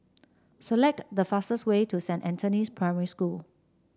select the fastest way to Saint Anthony's Primary School